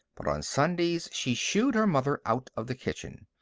but on sundays she shooed her mother out of the kitchen.